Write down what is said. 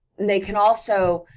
they can also,